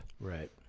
right